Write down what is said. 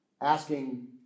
asking